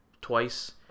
twice